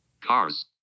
Cars